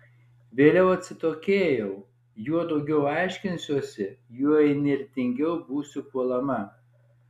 vėliau atsitokėjau juo daugiau aiškinsiuosi juo įnirtingiau būsiu puolama